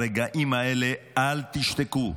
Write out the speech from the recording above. ברגעים האלה אל תשתקו.